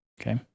okay